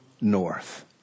north